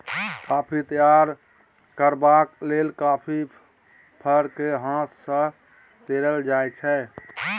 coffee तैयार करबाक लेल कॉफी फर केँ हाथ सँ तोरल जाइ छै